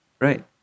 right